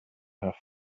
have